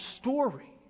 story